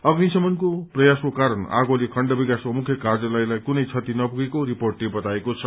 अग्नि शमनको प्रयासको कारण आगोले खण्ड विकासको मुख्य कार्यालयलाई कुनै क्षति नपुगेको रिपोर्टले बताएको छ